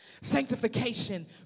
Sanctification